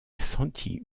sentit